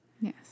Yes